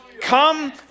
come